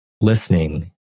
listening